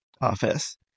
office